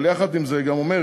אבל יחד עם זה היא גם אומרת